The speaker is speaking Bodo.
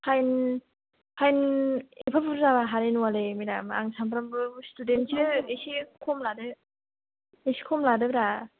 फाइन एफा बुरजा हानाय नङालै मेदाम आं सानफ्रामबो स्टूडेन्ट सो एसे खम लादोब्रा